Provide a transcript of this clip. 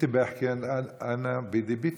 (אומר בערבית: אני רוצה להבין.)